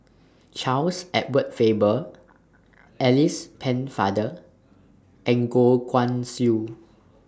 Charles Edward Faber Alice Pennefather and Goh Guan Siew